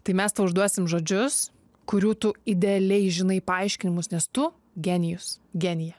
tai mes užduosime žodžius kurių tu idealiai žinai paaiškinimus nes tu genijus genija